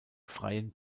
freien